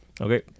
Okay